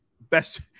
best